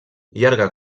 llarga